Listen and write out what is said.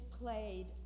played